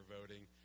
voting